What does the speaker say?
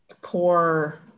poor